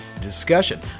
discussion